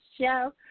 show